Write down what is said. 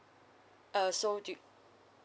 uh so do you